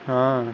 ہاں